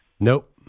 Nope